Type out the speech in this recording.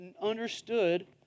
understood